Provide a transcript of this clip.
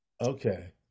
Okay